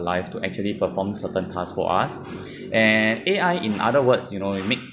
life to actually perform certain tasks for us and A_I in other words you know you make